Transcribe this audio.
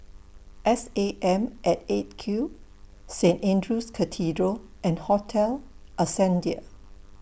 S A M At eight Q Saint Andrew's Cathedral and Hotel Ascendere